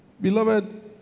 Beloved